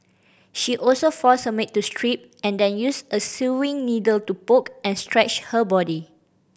she also forced her maid to strip and then used a sewing needle to poke and scratch her body